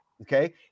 Okay